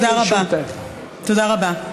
תודה רבה.